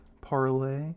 parlay